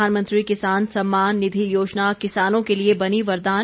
प्रधानमंत्री किसान सम्मान निधि योजना किसानों के लिए बनी वरदान